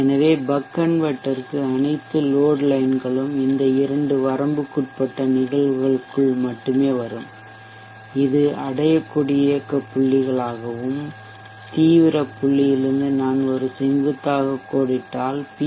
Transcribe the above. எனவே பக் கன்வெர்ட்டர்க்கு அனைத்து லோட் லைன்களும் இந்த இரண்டு வரம்புக்குட்பட்ட நிகழ்வுகளுக்குள் மட்டுமே வரும் இது அடையக்கூடிய இயக்க புள்ளிகளாகவும் தீவிர புள்ளியிலிருந்து நான் ஒரு செங்குத்தாக கோடிட்டால் பி